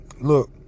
look